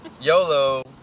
YOLO